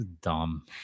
dumb